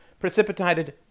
precipitated